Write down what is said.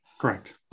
Correct